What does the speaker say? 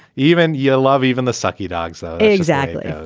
even your love even the sucky dogs exactly.